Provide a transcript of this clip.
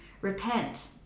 repent